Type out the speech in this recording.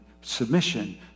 submission